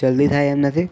જલ્દી થાય તેમ નથી